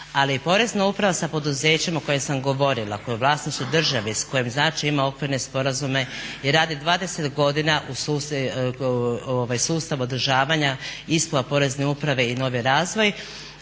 Ali porezna uprava sa poduzećem o kojem sam govorila, koje je u vlasništvu države, s kojim znači ima okvirne sporazume i radi 20 godina u sustavu održavanja …/Govornik se ne razumije./…